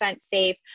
safe